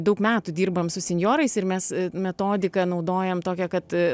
daug metų dirbam su senjorais ir mes metodiką naudojam tokią kad